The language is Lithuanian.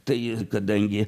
tai kadangi